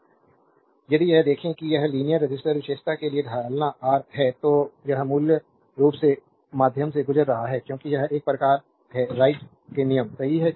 slide time देखें 1747 यदि यह देखें कि यह एक लीनियर रजिस्टर विशेषता है जिसका ढलान आर है तो यह मूल के माध्यम से गुजर रहा है क्योंकि यह इस प्रकार है right के नियम सही है